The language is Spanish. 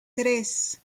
tres